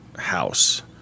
House